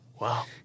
wow